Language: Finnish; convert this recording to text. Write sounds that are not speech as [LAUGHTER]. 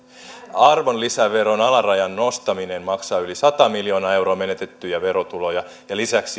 arvonlisäveron alarajan nostaminen maksaa yli sata miljoonaa euroa menetettyjä verotuloja ja lisäksi [UNINTELLIGIBLE]